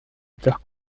auteurs